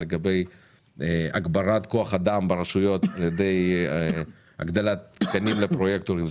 לגבי הגברת כוח אדם ברשויות על ידי הגדלת תקנים לפרויקטורים,